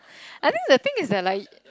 I think the thing is that like